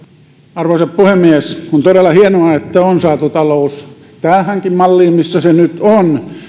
arvoisa puhemies on todella hienoa että on saatu talous tähänkin malliin missä se nyt on